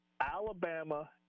Alabama